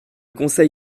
conseil